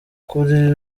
kuri